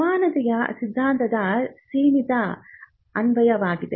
ಸಮಾನತೆಯ ಸಿದ್ಧಾಂತದ ಸೀಮಿತ ಅನ್ವಯವಾಗಿದೆ